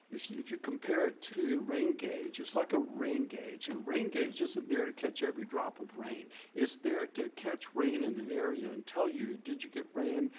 if you compare it to rain gauge, it's like a rain gauge and rain gauge isn't there to catch every drop of rain, there to catch rain in an area and tell you did you get rain?